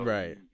Right